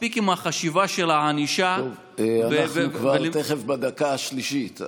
מספיק עם החשיבה של הענישה אנחנו כבר תכף בדקה השלישית,